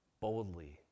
boldly